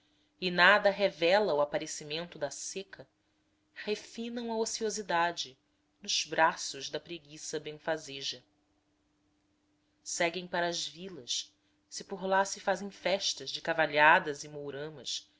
e nada revela o aparecimento da seca refinam a ociosidade nos braços da preguiça benfazeja seguem para as vilas se por lá se fazem festas de cavalhadas e mouramas